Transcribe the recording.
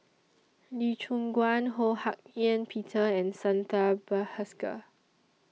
Lee Choon Guan Ho Hak Ean Peter and Santha Bhaskar